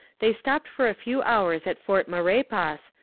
they stopped for a few hours at fort maurepas,